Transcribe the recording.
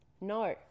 No